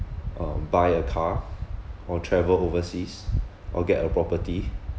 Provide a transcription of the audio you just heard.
um buy a car or travel overseas or get a property